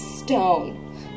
stone